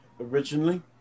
Originally